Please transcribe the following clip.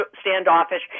standoffish